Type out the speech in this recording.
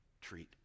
treat